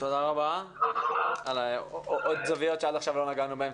תודה רבה על עוד זוויות שעד עכשיו לא נגענו בהן.